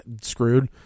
screwed